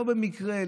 לא במקרה,